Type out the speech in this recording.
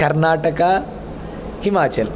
Karnataka Himachal